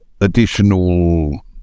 additional